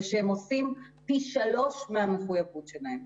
זה שהם עושים פי שלושה מהמחויבות שלהם.